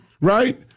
right